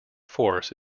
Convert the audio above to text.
force